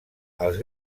als